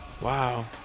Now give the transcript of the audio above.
Wow